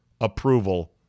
approval